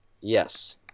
yes